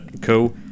cool